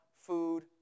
food